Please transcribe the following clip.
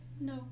no